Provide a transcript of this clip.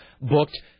booked